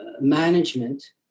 management